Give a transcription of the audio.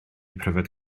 pryfed